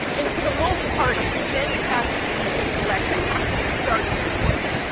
and for the most part, many tasks you complete with alexa have to be started with voice.